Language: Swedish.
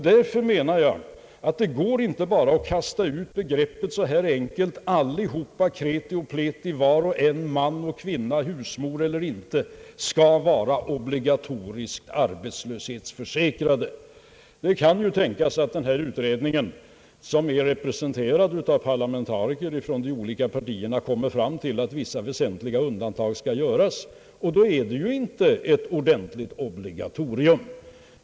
Därför menar jag att det inte går att bara kasta ut ett krav på att alla — kreti och pleti, var och en, man och kvinna, husmor eller inte — skall vara obligatoriskt arbetslöshetsförsäkrad. Det kan tänkas att utredningen, i vilken ingår parlamentariker från de olika partierna, kommer fram till att vissa väsentliga undantag bör göras, och då blir det ju inte ett ordentligt obligatorium.